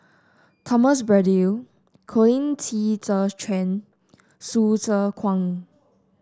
Thomas Braddell Colin Qi Zhe Quan Hsu Tse Kwang